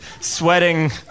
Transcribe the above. sweating